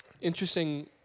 interesting